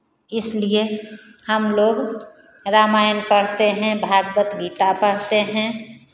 इसलिए हम लोग रामायण पढ़ते हैं भागवत गीता पढ़ते हैं